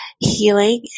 healing